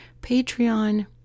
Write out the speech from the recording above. Patreon